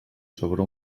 sobre